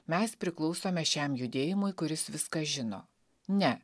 mes priklausome šiam judėjimui kuris viską žino ne